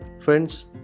Friends